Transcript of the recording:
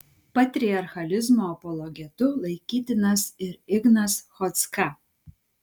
patriarchalizmo apologetu laikytinas ir ignas chodzka